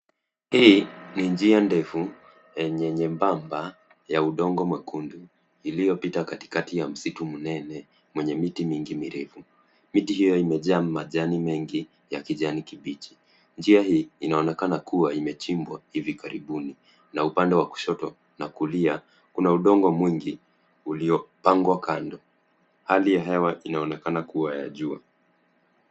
Hii ni njia ndefu enye nyembamba ya udongo mwekundu iliyopita katikati ya msitu mnene mwenye miti mingi mirefu. Miti hiyo imejaa majani mengi ya kijani kibichi. Njia hii inaonekana kuwa imechimbwa hivi karibuni. Na upande wa kushoto na kulia kuna udongo mwingi uliopangwa kando. Hali ya hewa inaonekana kuwa ya jua.